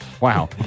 Wow